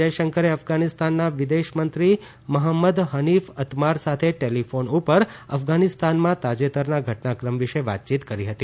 જયશંકરે અફઘાનીસ્તાનના વિદેશમંત્રી મહંમદ હનીફ અતમાર સાથે ટેલીફોન ઉપર અફઘાનીસ્તાનમાં તાજેતરના ઘટનાક્રમ વિશે વાતચીત કરી હતી